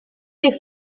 les